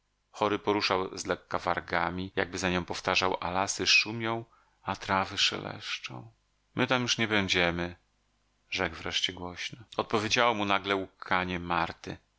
chory poruszał z lekka wargami jakby za nią powtarzał a lasy szumią a trawy szeleszczą my tam już nie będziemy rzekł wreszcie głośno odpowiedziało mu nagle łkanie marty